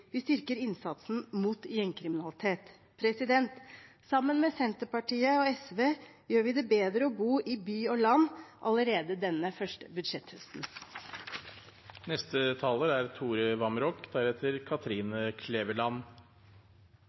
Vi styrker beredskap og nærpolitiet – og vi styrker innsatsen mot gjengkriminalitet. Sammen med Senterpartiet og SV gjør vi det bedre å bo i by og land allerede denne første budsjetthøsten. Kommunene er